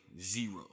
zero